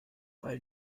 weil